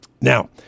Now